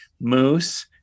moose